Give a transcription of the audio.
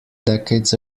decades